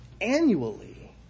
annually